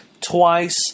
twice